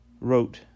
wrote